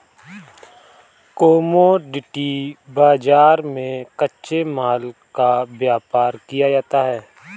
commodity बाजार में कच्चे माल का व्यापार किया जाता है